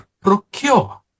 procure